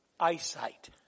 eyesight